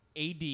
AD